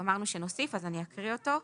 ואמרנו שנוסיף, אז אני אקריא אותו.